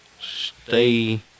stay